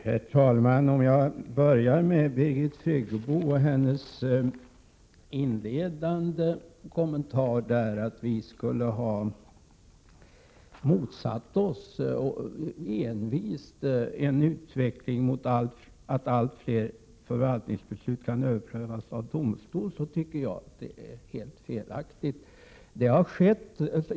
Herr talman! För att börja med Birgit Friggebos inledande kommentar att vi envist skulle ha motsatt oss en utveckling mot att allt fler förvaltningsbeslut kan överklagas till domstol, så tycker jag att det är en helt felaktig slutsats.